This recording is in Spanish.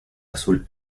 azul